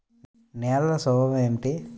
నేలల స్వభావం ఏమిటీ?